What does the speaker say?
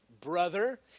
Brother